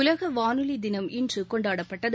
உலக வானொலி தினம் இன்று கொண்டாடப்பட்டது